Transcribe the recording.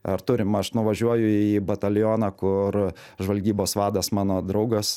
ar turim aš nuvažiuoju į batalioną kur žvalgybos vadas mano draugas